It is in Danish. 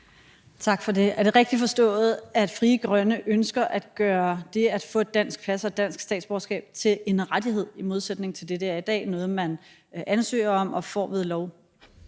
Tak for det. Er det rigtigt forstået, at Frie Grønne ønsker at gøre det at få et dansk pas og et dansk statsborgerskab til en rettighed, altså i modsætning til det, det er i dag, nemlig noget, man ansøger om og får ved lov?